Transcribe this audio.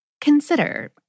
Consider